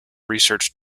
research